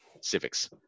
civics